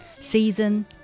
season